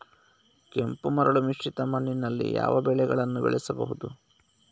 ಕೆಂಪು ಮರಳು ಮಿಶ್ರಿತ ಮಣ್ಣಿನಲ್ಲಿ ಯಾವ ಬೆಳೆಗಳನ್ನು ಬೆಳೆಸಬಹುದು?